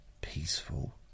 peaceful